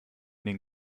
den